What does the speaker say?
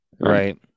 right